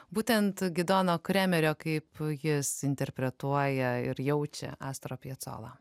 būtent gidono kremerio kaip jis interpretuoja ir jaučia astrą piacolą